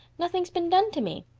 nothing's been done to me.